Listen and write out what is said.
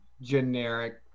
generic